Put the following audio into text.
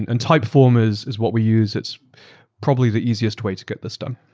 and and type forms is is what we use. it's probably the easiest way to get this done.